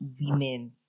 women's